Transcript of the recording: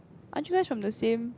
aren't you guys from the same